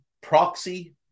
proxy